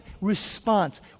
response